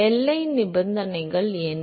எல்லை நிபந்தனைகள் என்ன